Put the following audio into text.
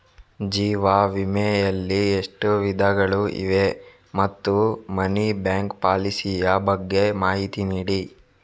ಜೀವ ವಿಮೆ ಯಲ್ಲಿ ಎಷ್ಟು ವಿಧಗಳು ಇವೆ ಮತ್ತು ಮನಿ ಬ್ಯಾಕ್ ಪಾಲಿಸಿ ಯ ಬಗ್ಗೆ ಮಾಹಿತಿ ನೀಡಿ?